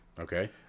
Okay